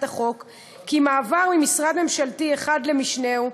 החוק כי מעבר ממשרד ממשלתי אחד למשנהו,